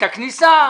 את הכניסה,